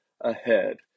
ahead